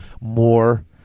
more